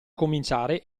cominciare